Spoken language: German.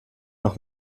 noch